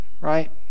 right